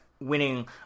winning